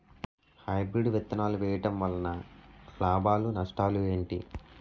Hybrid విత్తనాలు వేయటం వలన లాభాలు నష్టాలు ఏంటి?